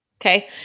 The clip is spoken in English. Okay